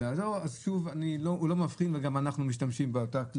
להגיש רביזיה אז אנחנו משתמשים באותו כלי.